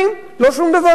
לא שום דבר אחר.